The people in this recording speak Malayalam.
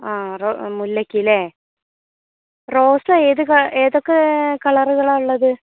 ആ റോ മുല്ലക്ക് അല്ലേ റോസ ഏത് ഏതൊക്കേ കളറുകളാ ഉള്ളത്